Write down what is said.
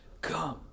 Come